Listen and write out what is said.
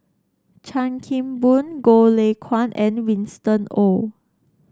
Chan Kim Boon Goh Lay Kuan and Winston Oh